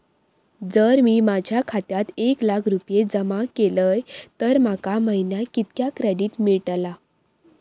जर मी माझ्या खात्यात एक लाख रुपये जमा केलय तर माका महिन्याक कितक्या क्रेडिट मेलतला?